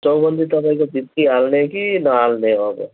चौबन्दी तपाईँको भित्री हाल्ने कि नहाल्ने हो अब